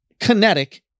kinetic